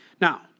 Now